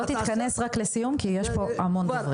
רק תתכנס לסיום, כי יש פה המון דוברים.